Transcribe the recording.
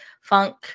funk